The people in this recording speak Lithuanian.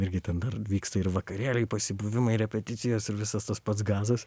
irgi ten dar vyksta ir vakarėliai pasibuvimai repeticijos ir visas tas pats gazas